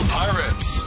pirates